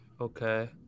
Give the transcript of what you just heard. Okay